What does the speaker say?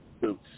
Boots